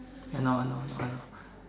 I know I know I know I know